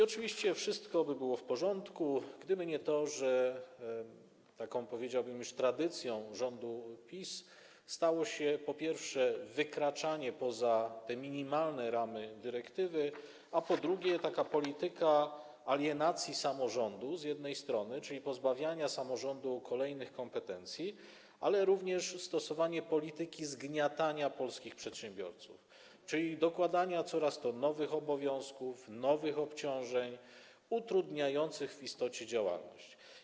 Oczywiście wszystko by było w porządku, gdyby nie to, że tradycją rządu PiS stało się po pierwsze wykraczanie poza minimalne ramy dyrektywy, a po drugie polityka alienacji samorządu z jednej strony, czyli pozbawiania samorządu kolejnych kompetencji, a z drugiej strony polityka zgniatania wszystkich przedsiębiorców, czyli dokładania coraz to nowszych obowiązków, nowych obciążeń utrudniających w istocie działalność.